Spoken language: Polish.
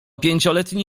pięcioletni